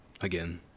again